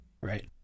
Right